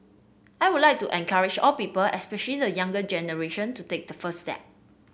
I would like to encourage all people especially the younger generation to take the first step